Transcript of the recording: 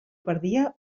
perdia